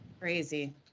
Crazy